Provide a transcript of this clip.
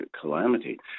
calamity